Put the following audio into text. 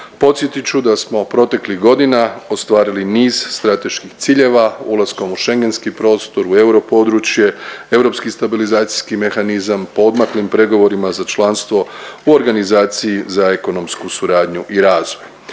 Podsjetit ću da smo proteklih godina ostvarili niz strateških ciljeva ulaskom u Schengenski prostor, u euro područje, europski stabilizacijski mehanizam po odmaklim pregovorima za članstvo u organizaciji za ekonomsku suradnju i razvoj.